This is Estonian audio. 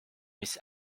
mis